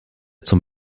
zum